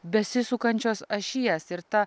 besisukančios ašies ir ta